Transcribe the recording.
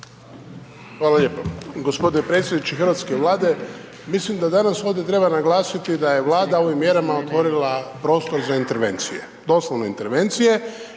Hvala lijepo. G. predsjedniče hrvatske Vlade, mislim da danas ovdje treba naglasiti da je Vlada ovim mjerama otvorila prostor za intervencije. Doslovno intervencije